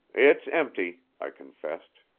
it's empty, i confessed.